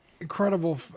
Incredible